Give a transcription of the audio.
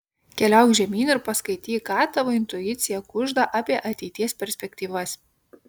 keliauk žemyn ir paskaityk ką tavo intuicija kužda apie ateities perspektyvas